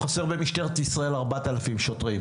טלי, חסרים במשטרת ישראל כ- 4,000 שוטרים.